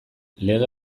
lege